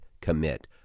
commit